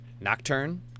nocturne